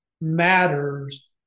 matters